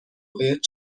باید